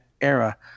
era